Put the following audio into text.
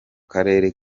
karere